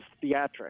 theatric